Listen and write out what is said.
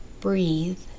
Breathe